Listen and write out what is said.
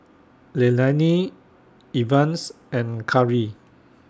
Leilani Evans and Khari